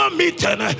meeting